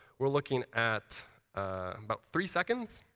we're looking at about three seconds.